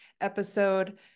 episode